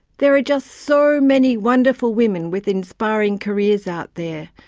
there are just so many wonderful women with inspiring careers out there,